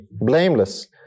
blameless